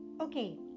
okay